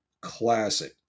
classic